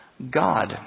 God